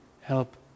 help